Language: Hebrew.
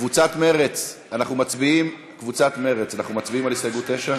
קבוצת מרצ, אנחנו מצביעים על הסתייגות 9?